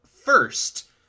first